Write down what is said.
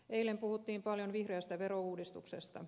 eilen puhuttiin paljon vihreästä verouudistuksesta